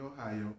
Ohio